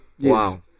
Wow